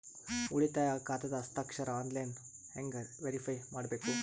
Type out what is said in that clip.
ಉಳಿತಾಯ ಖಾತಾದ ಹಸ್ತಾಕ್ಷರ ಆನ್ಲೈನ್ ಹೆಂಗ್ ವೇರಿಫೈ ಮಾಡಬೇಕು?